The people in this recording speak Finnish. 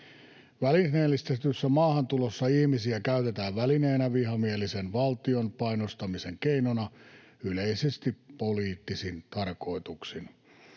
Välineellistetyssä maahantulossa ihmisiä käytetään välineenä vihamielisen valtion painostamisen keinona, yleisesti poliittisin tarkoituksin.